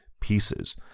pieces